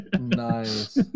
Nice